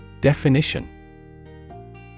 Definition